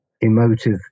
emotive